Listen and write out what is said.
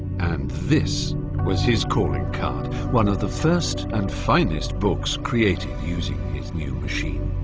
and this was his calling card one of the first and finest books created using his new machine.